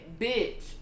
bitch